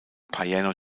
piano